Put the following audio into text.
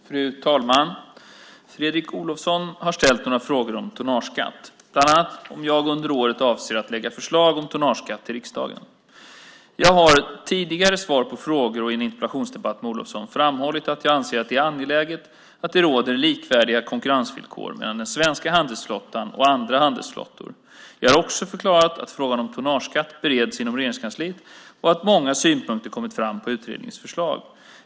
Fru talman! Fredrik Olovsson har ställt några frågor om tonnageskatt, bland annat om jag under året avser att lägga fram förslag om tonnageskatt till riksdagen. Jag har tidigare i svar på frågor och i en interpellationsdebatt med Olovsson framhållit att jag anser att det är angeläget att det råder likvärdiga konkurrensvillkor mellan den svenska handelsflottan och andra handelsflottor. Jag har också förklarat att frågan om tonnageskatt bereds inom Regeringskansliet och att många synpunkter kommit fram på utredningens förslag.